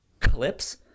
clips